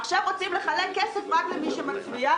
עכשיו רוצים לחלק כסף רק למי שמצביע,